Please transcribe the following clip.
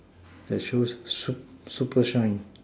that shows sup~ super shine